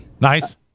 Nice